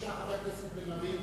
בבקשה, חבר הכנסת בן-ארי.